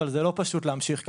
אבל זה לא פשוט להמשיך ככה.